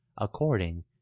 according